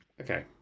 Okay